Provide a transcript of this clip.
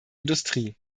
industrie